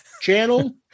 channel